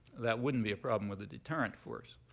that wouldn't be a problem with a deterrent force.